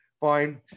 fine